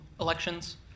elections